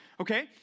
Okay